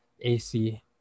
AC